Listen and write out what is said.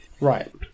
Right